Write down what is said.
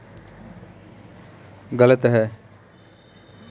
प्रबंधक साहब कृपया मेरे चेक भुगतान की स्थिति बताएं